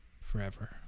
forever